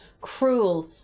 cruel